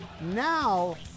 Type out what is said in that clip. Now